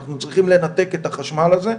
אנחנו צריכים לנתק את החשמל הזה.